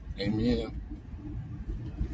Amen